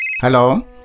Hello